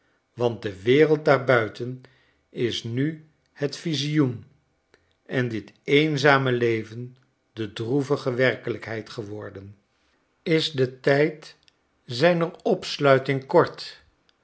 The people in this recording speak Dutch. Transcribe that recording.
want de wereld daarbuiten is nu het visioen en dit eenzame leven de droevige werkelijkheid geworden is de tijd zijner opsluiting kort